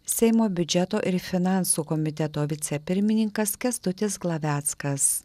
seimo biudžeto ir finansų komiteto vicepirmininkas kęstutis glaveckas